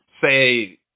say